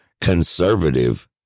conservative